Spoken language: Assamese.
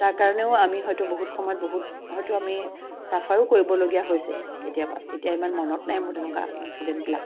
তাৰ কাৰণেও আমি হয়তো আমি বহুত সময়ত হয়তো আমি চাফাৰো কৰিবলগীয়াও হৈছে কেতিয়াবা এতিয়া ইমান মনত নাই মোৰ তেনেকুৱা ইঞ্চিডেণ্টবিলাক